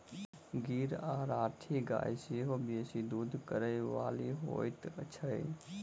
गीर आ राठी गाय सेहो बेसी दूध करय बाली होइत छै